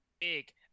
big